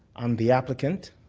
i'm the ah president